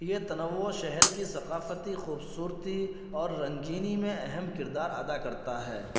یہ تنوع شہر کی ثقافتی خوبصورتی اور رنگینی میں اہم کردار ادا کرتا ہے